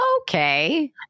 Okay